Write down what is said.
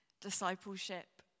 discipleship